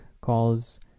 calls